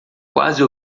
quase